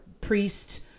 priest